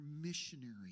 missionary